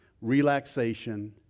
relaxation